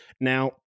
Now